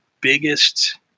biggest